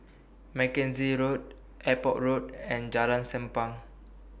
Mackenzie Road Airport Road and Jalan Senang